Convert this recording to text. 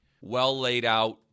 well-laid-out